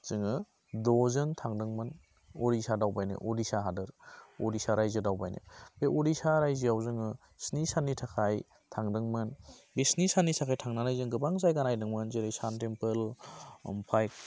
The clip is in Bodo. जोङो द'जों थांदोंमोन उरिष्या दावबायनो उरिष्या हादोर उरिष्या रायजो दावबायनो बे उरिष्या राज्योआव जोङो स्नि साननि थाखाय थांदोंमोन बे स्नि साननि थाखाय थांनानै जों गोबां जायगा नायदोंमोन जेरै सान टेम्पल आमफाय